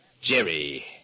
Jerry